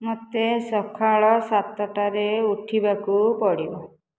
ମୋତେ ସକାଳ ସାତଟାରେ ଉଠିବାକୁ ପଡ଼ିବ